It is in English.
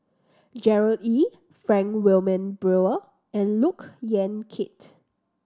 Gerard Ee Frank Wilmin Brewer and Look Yan Kit